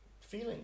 feeling